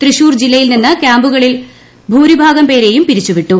തൃശൂർ ജില്ലയിൽ നിന്ന് ക്യാമ്പുകളിൽ ഭൂരിഭാഗം പേരെയും പിരിച്ചുവിട്ടു